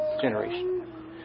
generation